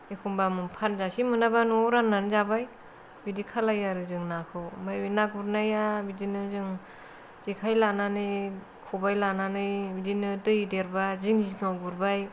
एखम्बा फानजासे मोनाबा न'आव राननानै जाबाय बिदि खालायो आरो जों नाखौ ओमफाय बे ना गुरनाया बिदिनो जों जेखाइ लानानै खबाय लानानै बिदिनो दै देरबा जिं जिङाव गुरबाय